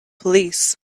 police